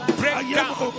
breakdown